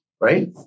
Right